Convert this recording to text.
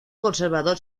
conservador